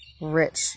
rich